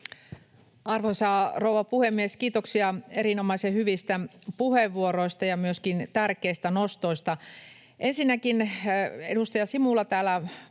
Arvoisa rouva puhemies! Kiitoksia erinomaisen hyvistä puheenvuoroista ja myöskin tärkeistä nostoista. Ensinnäkin edustaja Simula,